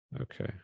Okay